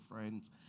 friends